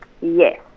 Yes